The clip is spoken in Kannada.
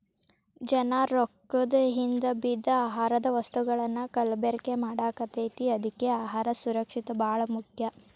ಜನಾ ರೊಕ್ಕದ ಹಿಂದ ಬಿದ್ದ ಆಹಾರದ ವಸ್ತುಗಳನ್ನಾ ಕಲಬೆರಕೆ ಮಾಡಾಕತೈತಿ ಅದ್ಕೆ ಅಹಾರ ಸುರಕ್ಷಿತ ಬಾಳ ಮುಖ್ಯ